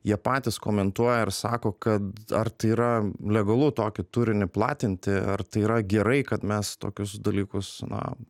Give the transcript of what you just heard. jie patys komentuoja ir sako kad ar tai yra legalu tokį turinį platinti ar tai yra gerai kad mes tokius dalykus na